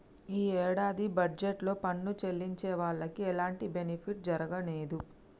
యీ యేడాది బడ్జెట్ లో పన్ను చెల్లించే వాళ్లకి ఎలాంటి బెనిఫిట్ జరగనేదు